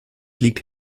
liegt